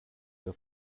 der